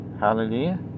Hallelujah